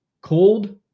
cold